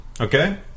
Okay